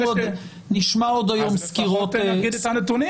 נשמע עוד היום את הסקירות האפידמיולוגיות.